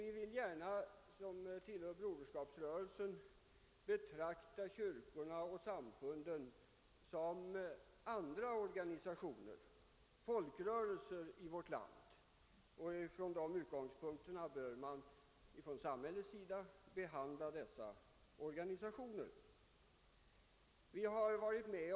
Vi som tillhör Broderskapsrörelsen vill gärna betrakta kyrkorna som andra folkrörelser och organisationer i vårt land, och vi menar att samhället bör behandla dem från den utgångspunkten.